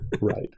Right